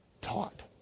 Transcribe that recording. taught